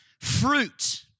fruit